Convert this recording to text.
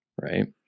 right